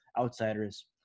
outsiders